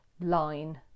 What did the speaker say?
line